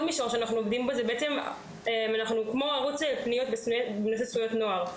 בנוסף, אנחנו כמו ערוץ פניות בנושא זכויות נוער.